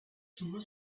sunma